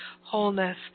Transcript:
wholeness